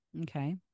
Okay